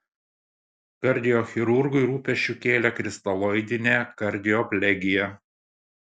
kardiochirurgui rūpesčių kėlė kristaloidinė kardioplegija